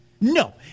No